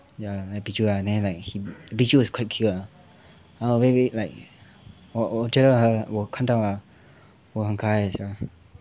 ya like pichu lah and then like pichu was quite cute lah 我我觉得我看到啊哇很可爱 sia